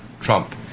Trump